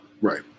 Right